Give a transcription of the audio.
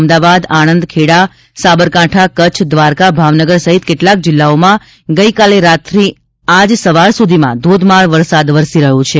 અમદાવાદ આણંદ ખેડા સાબરકાંઠા કચ્છ દ્વારકા ભાવનગર સહિત કેટલાંક જિલ્લાઓમાં ગઇકાલે રાત્રથી સવાર સુધીમાં ધોધમાર વરસાદ વરસ્યો છે